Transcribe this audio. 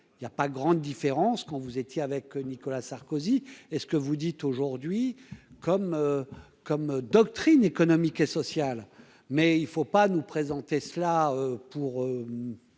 il y a pas grande différence quand vous étiez avec Nicolas Sarkozy, est ce que vous dites aujourd'hui comme comme doctrine économique et sociale mais il ne faut pas nous présenter cela pour